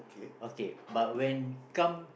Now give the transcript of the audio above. okay but when come